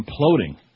imploding